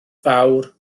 fawr